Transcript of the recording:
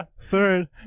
Third